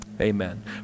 Amen